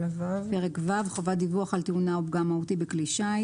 פרק ו': חובת דיווח על תאונה או פגם מהותי בכלי השיט